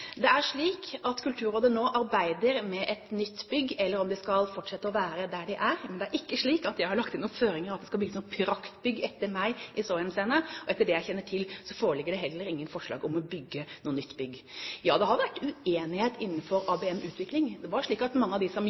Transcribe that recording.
henseende ikke slik at jeg har lagt inn noen føringer for at det skal bygges noe praktbygg etter meg. Etter det jeg kjenner til, foreligger det heller ingen forslag om å bygge noe nytt bygg. Ja, det har vært uenighet innenfor ABM-utvikling. Mange av dem som jobbet i biblioteksektoren, ønsket ikke disse endringene. Omstilling krever at man tar de ansatte med på råd, men det er ikke slik at jeg eller andre alltid kan love de